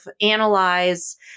analyze